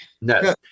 No